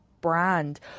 brand